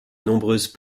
nombreuses